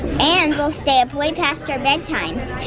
and we'll stay up way past our bedtimes,